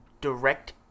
direct